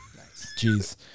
jeez